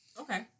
Okay